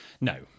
No